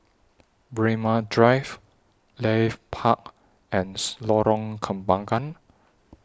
Braemar Drive Leith Park and Lorong Kembagan